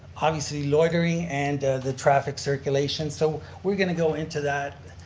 obviously loitering and the traffic circulation. so we're going to go into that